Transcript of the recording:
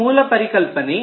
ಇದು ಮೂಲ ಪರಿಕಲ್ಪನೆ